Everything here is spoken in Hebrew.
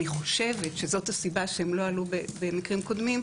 אני חושבת שזו הסיבה שהם לא עלו במקרים קודמים,